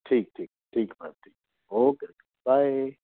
ठीक ठीक ठीक है मैम ठीक है ओके मैम बाय